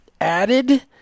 added